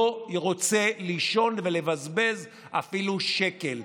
הוא לא רוצה לישון ולבזבז אפילו שקל.